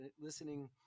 listening